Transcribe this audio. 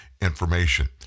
information